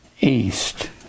east